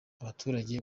abaturage